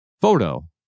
photo